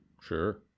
Sure